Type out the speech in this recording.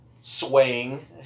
swaying